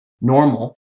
normal